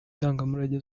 ndangamurage